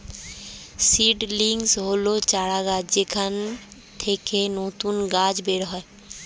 seedlings হল চারাগাছ যেখান থেকে নতুন গাছ বের হয়